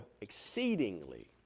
exceedingly